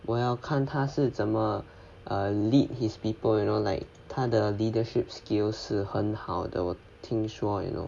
我要看他是怎么 err lead his people you know like 他的 leadership skills 是很好的我听说 you know